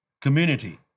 community